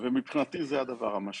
ומבחינתי זה הדבר המשמעותי,